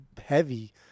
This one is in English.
heavy